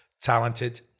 talented